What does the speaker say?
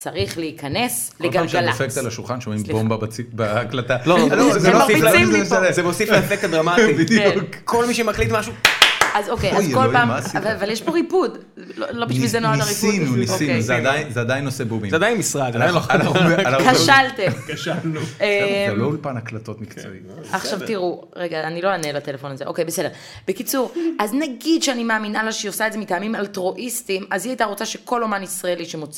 צריך להיכנס לגלגלצ. כל פעם שאת דופקת על השולחן, שומעים בומבה בהקלטה. מרביצים לי פה. זה מוסיף לאפקט הדרמטי. בדיוק. כל מי שמקליט משהו, אז אוקיי, אז כל פעם, אבל יש פה ריפוד. לא בשביל זה נועד הריפוד. ניסינו, ניסינו, זה עדיין עושה בומים. זה עדיין משרד. כשלתם. כשלנו. זה לא אולפן הקלטות מקצועי. עכשיו תראו, רגע, אני לא אענה לטלפון הזה. אוקיי, בסדר. בקיצור, אז נגיד שאני מאמינה לה שהיא עושה את זה מטעמים אלטרואיסטים, אז היא הייתה רוצה שכל אומן ישראלי שמוצא...